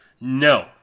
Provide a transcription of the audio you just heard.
No